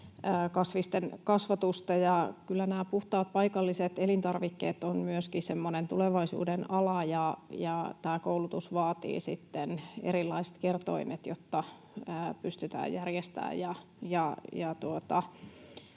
kasvisten kasvatusta, ja kyllä nämä puhtaat, paikalliset elintarvikkeet ovat myöskin semmoinen tulevaisuuden ala. Tämä koulutus vaatii sitten erilaiset kertoimet, jotta pystytään järjestämään